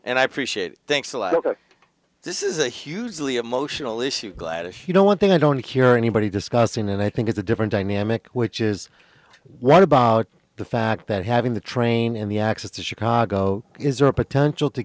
and i appreciate it thanks a lot ok this is a hugely emotional issue gladys you know one thing i don't hear anybody discussing and i think it's a different dynamic which is what about the fact that having the train in the access to chicago is potential to